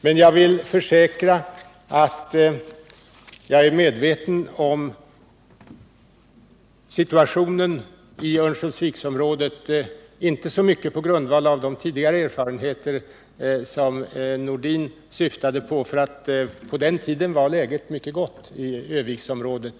Men jag försäkrar att jag är medveten om situationen i Örnsköldsviksområdet, inte så mycket på grundval av de tidigare erfarenheter som herr Nordin syftade på, eftersom läget på den tiden var mycket gott i Örnsköldsviksområdet.